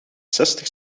zestig